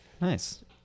Nice